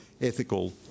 ethical